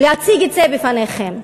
להציג את זה בפניכם.